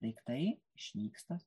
daiktai išnyksta